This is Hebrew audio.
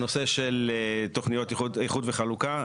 גם הנושא של תוכניות איחוד וחלוקה.